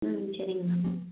ம் ம் சரிங்க மேம்